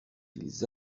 ils